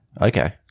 Okay